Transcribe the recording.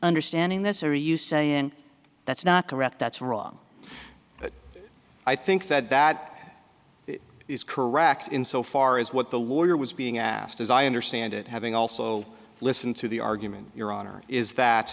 understanding this are you saying that's not correct that's wrong but i think that that is correct in so far as what the lawyer was being asked as i understand it having also listen to the argument your honor is that